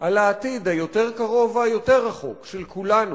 על העתיד, היותר-קרוב והיותר-רחוק, של כולנו